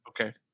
Okay